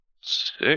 Six